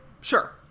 Sure